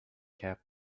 cap